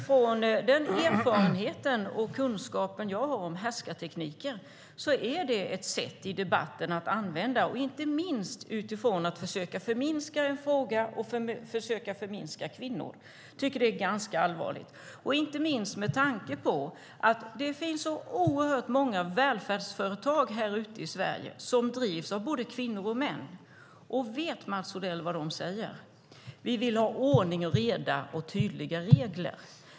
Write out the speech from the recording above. Med den erfarenhet och kunskap jag har om härskartekniker är sådana kraftord ett sätt att i debatten försöka förminska en fråga och förminska kvinnor. Det är allvarligt. Det finns så oerhört många välfärdsföretag i Sverige som drivs av både kvinnor och män. Vet Mats Odell vad de säger? De vill ha ordning och reda och tydliga regler.